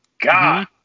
God